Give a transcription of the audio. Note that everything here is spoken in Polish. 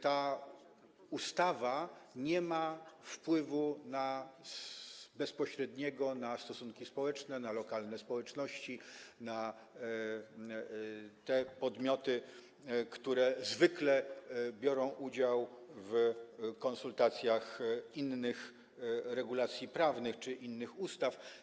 Ta ustawa nie ma bezpośredniego wpływu na stosunki społeczne, na lokalne społeczności, na te podmioty, które zwykle biorą udział w konsultacjach innych regulacji prawnych czy innych ustaw.